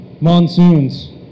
monsoons